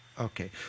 Okay